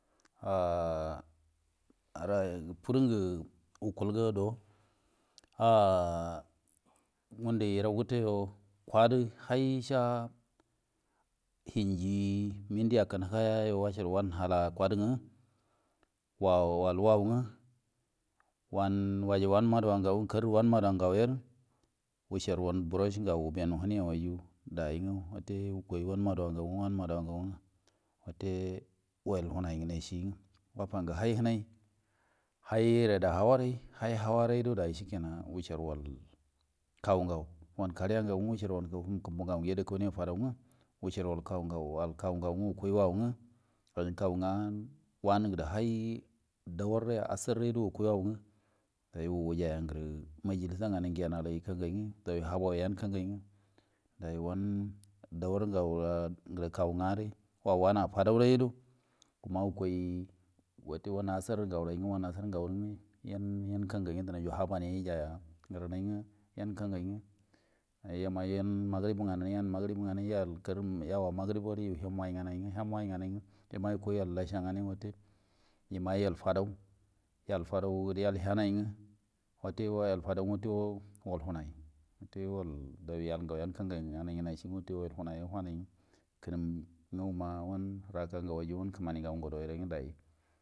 Ah ra fudinge cikulge ada go ah gundu yurai kelle yo. Kwadi hai saa hingil ge minti hakange higai yo wacar wanhela go kwadinge wal wau nge wan waji wan maduwange karri wan mada nge wacar wan drus gun yen wukoi wan madiva gen, wate yel hinai hai ndora awaro. Hi awan dai shikenan dai luucar karwu ngau wan karya nguu nga yedau kaniya fadon nga char wal kawu ngau nge dai wukoil aunge kawu gan wani gen hai duwar gudo asardo au nge wajai ngen maji lusa nganai yen dai haban yan kangei nge dai wan duwar ngau yen kawu yen wan fado yen uk ma ikoi wuta man asar ngau yen wute dau habaun yan kangai re ngerini yen kangai nge yen magribu ngani ya hum wai nganai nge yukoi lasha agano yemai yel fadoo yel fadowo yel hinai nge wute wayel fadonge wal hinai wute dau ri yel ngenai yen kingai ngenai ngenai ci nge wal henai honai kimum nge won rukaa ngau nge.